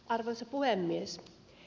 arvoisa puhemies